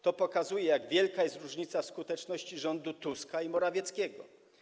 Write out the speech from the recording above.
To pokazuje, jak wielka jest różnica w skuteczności rządu Tuska i Morawieckiego.